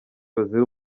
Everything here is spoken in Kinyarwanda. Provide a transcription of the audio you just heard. bazira